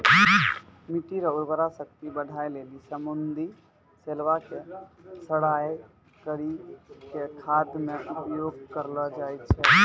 मिट्टी रो उर्वरा शक्ति बढ़ाए लेली समुन्द्री शैलाव के सड़ाय करी के खाद मे उपयोग करलो जाय छै